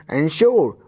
ensure